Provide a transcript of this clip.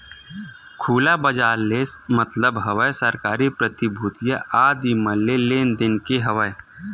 खुला बजार ले मतलब हवय सरकारी प्रतिभूतिया आदि मन के लेन देन ले हवय